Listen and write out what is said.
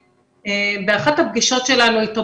ובאחת הפגישות שלנו איתו,